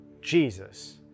Jesus